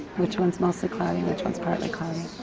which one's mostly cloudy and which one's partly cloudy?